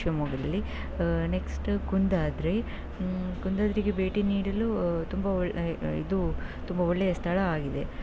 ಶಿವಮೊಗ್ಗದಲ್ಲಿ ನೆಕ್ಸ್ಟ ಕುಂದಾದ್ರಿ ಕುಂದಾದ್ರಿಗೆ ಭೇಟಿ ನೀಡಲು ತುಂಬ ಒಳ್ಳೆ ಇದು ತುಂಬ ಒಳ್ಳೆಯ ಸ್ಥಳ ಆಗಿದೆ